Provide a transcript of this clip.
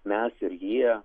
mes ir jie